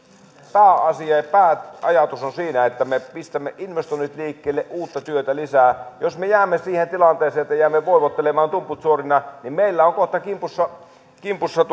pääasia ja pääajatus on siinä että me pistämme investoinnit liikkeelle uutta työtä lisää jos me jäämme siihen tilanteeseen että jäämme voivottelemaan tumput suorina niin meillä ovat kohta kimpussa kimpussa